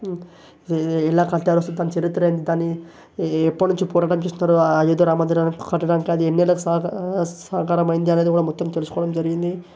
ఎలా కట్టారో ఒకసారి దాని చరిత్ర ఏంటి దాన్నిఎప్పటి నుంచి పోరాటం చేస్తున్నారు ఆ అయోధ్య రామమందిరాన్ని కట్టడానికి అది ఎన్నేళ్ళకు సా సాకారమైంది అనేది కూడా మొత్తం తెలుసుకోవడం జరిగింది